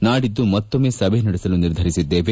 ನಾಡಿದ್ದು ಮತ್ತೊಮ್ನೆ ಸಭೆ ನಡೆಸಲು ನಿರ್ಧರಿಸಿದ್ದೇವೆ